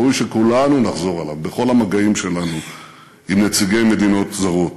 ראוי שכולנו נחזור עליו בכל המגעים שלנו עם נציגי מדינות זרות.